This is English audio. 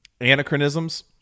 anachronisms